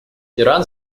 иран